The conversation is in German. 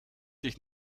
dich